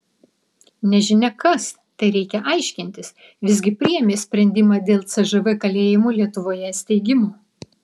nežinia kas tai reikia aiškintis visgi priėmė sprendimą dėl cžv kalėjimų lietuvoje steigimo